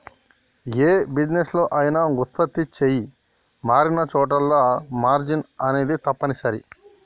యే బిజినెస్ లో అయినా వుత్పత్తులు చెయ్యి మారినచోటల్లా మార్జిన్ అనేది తప్పనిసరి